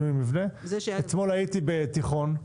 אתמול הייתי בתיכון,